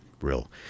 real